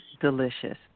delicious